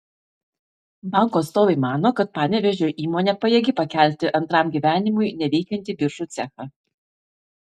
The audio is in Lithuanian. banko atstovai mano kad panevėžio įmonė pajėgi pakelti antram gyvenimui neveikiantį biržų cechą